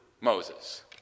Moses